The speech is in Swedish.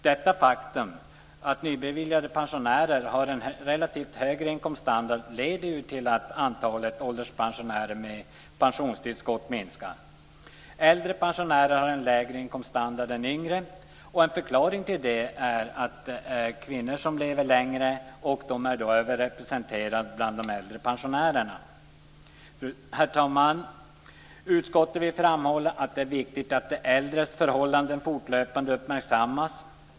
Det faktum att de med nybeviljade pensioner har relativt högre inkomststandard leder till att antalet ålderspensionärer med pensionstillskott minskar. Äldre pensionärer har en lägre inkomststandard än yngre. En förklaring till det är att kvinnor lever längre och därför är överrepresenterade bland de äldre pensionärerna. Herr talman! Utskottet vill framhålla att det är viktigt att de äldres förhållanden fortlöpande uppmärksammas.